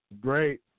great